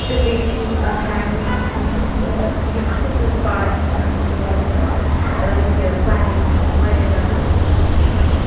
تہٕ بیٚیہِ چھِ یِم ہینٛڈ میڈ مطلب یِم اَتھٕ سۭتۍ کارڈ چھِ بَنان تِم چھِ واریاہ زیادٕ یہِ ویلیوٗ تھاوان واریاہ زیادٕ واریاہ زیا